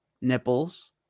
nipples